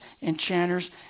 enchanters